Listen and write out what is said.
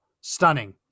stunning